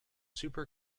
super